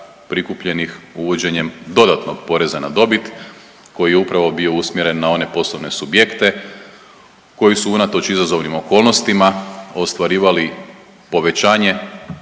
prikupljenih uvođenjem dodatnog poreza na dobit koji je upravo bio usmjeren na one poslovne subjekte koji su unatoč izazovnim okolnostima ostvarivali povećanje